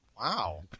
Wow